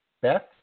Beth